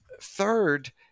third